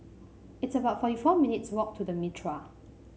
it's about forty four minutes' walk to The Mitraa